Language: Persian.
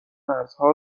مرزها